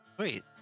Wait